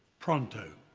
pronto.